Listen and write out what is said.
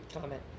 comment